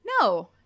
No